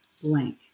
blank